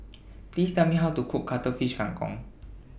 Please Tell Me How to Cook Cuttlefish Kang Kong